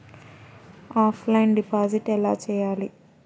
Offline deposit ఎలా చేయాలి?